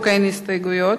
אין הסתייגויות.